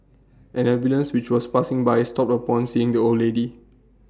an ambulance which was passing by stopped upon seeing the old lady